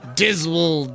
dismal